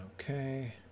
Okay